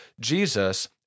Jesus